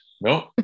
No